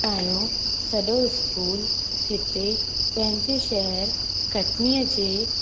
पंहिंजो सॼो स्कूल हिते पंहिंजे शहर कटनीअ जे